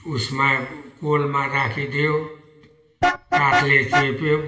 उसमा कोलमा राखिदियो काठले चेप्यो